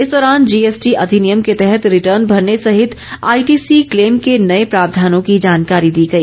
इस दौरान जीएसटी अधिनियम के तहत रिटर्न भरने सहित आईटीसी क्लेम के नए प्रावधानों की जानकारी दी गई